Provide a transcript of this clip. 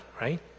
right